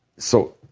so,